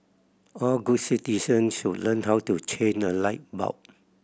all good citizens should learn how to change a light bulb